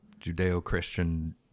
Judeo-Christian